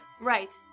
Right